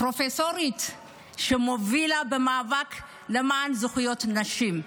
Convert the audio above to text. פרופסורית שמובילה במאבק למען זכויות נשים.